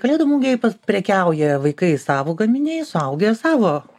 kalėdų mugėj prekiauja vaikai savo gaminiais suaugę savo